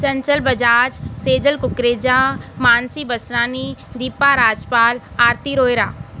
Chanchal Bajaj Sejal Kukreja Mansi Basrani Dipa Rajpal Aarti Rohira